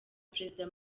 perezida